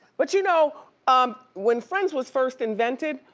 but you know um when friends was first invented,